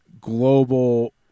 global